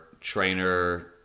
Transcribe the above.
trainer